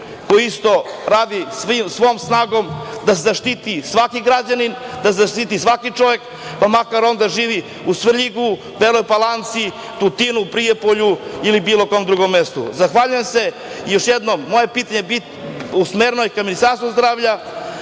koji isto radi svom snagom da se zaštiti svaki građanin, da se zaštiti svaki čovek, pa makar on da živi u Svrljigu, Beloj Palanci, Tutinu, Prijepolju ili bilo kom drugom mestu. Zahvaljujem se još jednom. Moje pitanje je usmereno ka Ministarstvu zdravlja